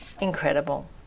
Incredible